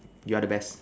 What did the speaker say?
you are the best